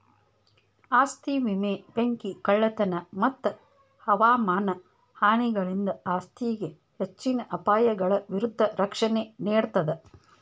ಆಸ್ತಿ ವಿಮೆ ಬೆಂಕಿ ಕಳ್ಳತನ ಮತ್ತ ಹವಾಮಾನ ಹಾನಿಗಳಿಂದ ಆಸ್ತಿಗೆ ಹೆಚ್ಚಿನ ಅಪಾಯಗಳ ವಿರುದ್ಧ ರಕ್ಷಣೆ ನೇಡ್ತದ